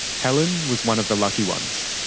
helen was one of the lucky ones.